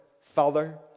Father